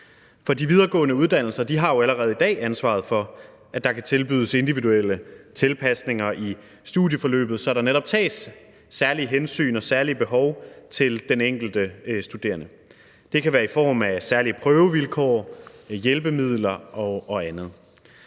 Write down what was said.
de videregående uddannelser har jo allerede i dag ansvaret for, at der kan tilbydes individuelle tilpasninger i studieforløbet, så der netop tages særlige hensyn til særlige behov hos den enkelte studerende. Det kan være i form af særlige prøvevilkår, hjælpemidler og andet.